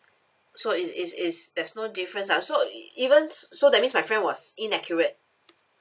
so it's it's it's that's no difference ah so it evens so that means my friend was inaccurate